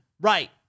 Right